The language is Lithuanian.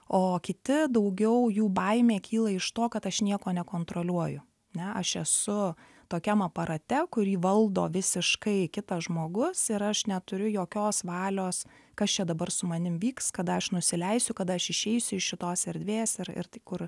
o kiti daugiau jų baimė kyla iš to kad aš nieko nekontroliuoju ne aš esu tokiam aparate kurį valdo visiškai kitas žmogus ir aš neturiu jokios valios kas čia dabar su manim vyks kada aš nusileisiu kada aš išėjusiu iš šitos erdvės ir ir tai kur